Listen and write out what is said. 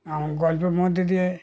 আমার গল্পের মধ্যে দিয়ে